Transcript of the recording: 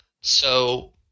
So-